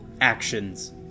actions